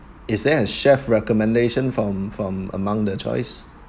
is there a chef recommendation from from among the choice